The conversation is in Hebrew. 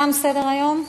תם סדר-היום.